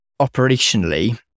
operationally